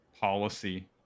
policy